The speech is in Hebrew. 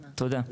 תודה.